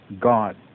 God